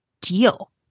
deal